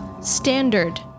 standard